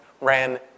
ran